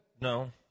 No